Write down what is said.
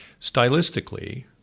Stylistically